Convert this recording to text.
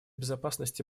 безопасности